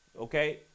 Okay